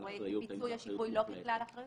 אתה רואה את פיצוי השיפוי לא ככלל אחריות?